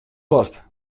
vast